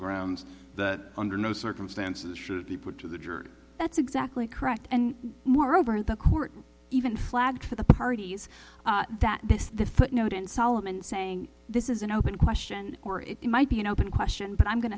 grounds that under no circumstances should be put to the jerde that's exactly correct and moreover the court even flagged for the parties that this the footnote in solomon saying this is an open question or it might be an open question but i'm going